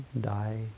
die